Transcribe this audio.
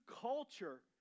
culture